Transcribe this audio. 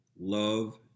love